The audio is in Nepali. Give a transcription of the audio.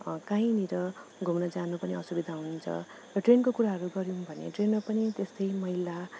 कहीँनिर घुम्न जानु पनि असुविधा हुन्छ र ट्रेनको कुराहरू गर्यौँ भने ट्रेनमा पनि त्यस्तै मैला